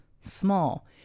small